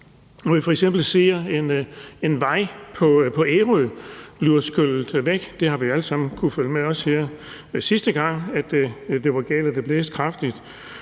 Når vi f.eks. ser en vej på Ærø blive skyllet væk – der har vi jo alle sammen også kunnet følge med her sidste gang, det var galt, og det blæste kraftigt